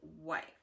wife